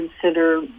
consider